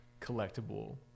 collectible